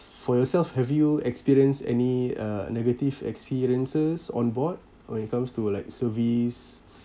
for yourself have you experienced any uh negative experiences on board when it comes to like service